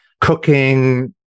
cooking